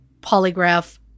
polygraph